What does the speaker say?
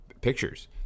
pictures